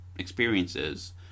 experiences